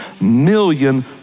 million